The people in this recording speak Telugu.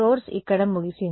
కాబట్టి మూలం ఇక్కడ ముగిసింది